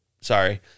sorry